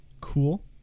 cool